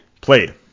played